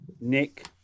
Nick